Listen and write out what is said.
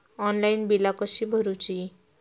Online बिला कशी भरूची?